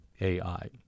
AI